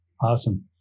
Awesome